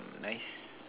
nice